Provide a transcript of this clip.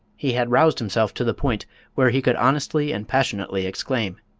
he had roused himself to the point where he could honestly and passionately exclaim,